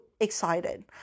excited